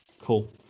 Cool